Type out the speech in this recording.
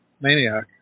maniac